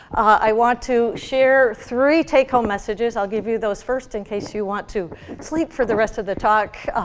i want to share three take-home messages. i'll give you those first in case you want to sleep for the rest of the talk.